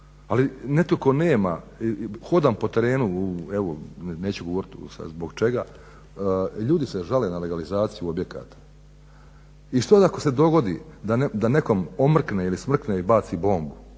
Ali netko tko nema, hodam po terenu, evo neću govorit sad zbog čega. Ljudi se žale na legalizaciju objekata. I što ako se dogodi da nekom omrkne ili smrkne i baci bombu